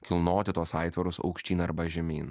kilnoti tuos aitvarus aukštyn arba žemyn